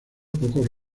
pocos